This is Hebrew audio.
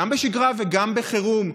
גם בשגרה וגם בחירום,